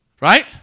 Right